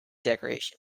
decoration